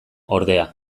ordea